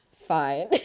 fine